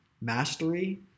mastery